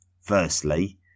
Firstly